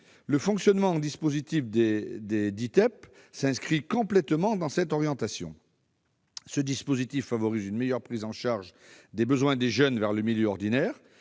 Le fonctionnement en Ditep s'inscrit complètement dans cette orientation. Ce dispositif favorise une meilleure prise en charge des besoins des jeunes vers le milieu ordinaire.